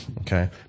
okay